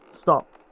Stop